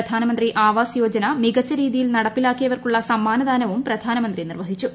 പ്രധാനമന്ത്രി ആവാസ് യോജന മികച്ച രീതിയിൽ നടപ്പാക്കിയവർക്കുള്ള സമ്മാനദാനവും പ്രധാനമന്ത്രി നിർവ്വഹിച്ചു